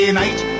night